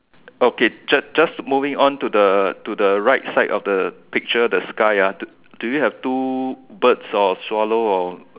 okay just just moving on to the to the right side of the picture the sky ah do do you have two birds or swallow or